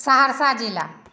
सहरसा जिला